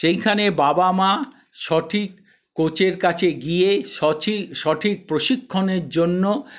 সেইখানে বাবা মা সঠিক কোচের কাছে গিয়ে সঠিক প্রশিক্ষণের জন্য